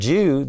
Jew